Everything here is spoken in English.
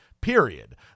period